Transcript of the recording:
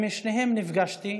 עם שניהם נפגשתי.